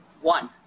one